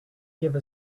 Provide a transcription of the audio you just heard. give